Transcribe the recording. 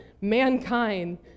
mankind